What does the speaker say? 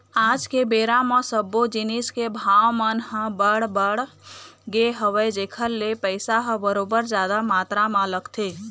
आज के बेरा म सब्बो जिनिस के भाव मन ह बड़ बढ़ गे हवय जेखर ले पइसा ह बरोबर जादा मातरा म लगथे